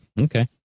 okay